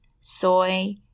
soy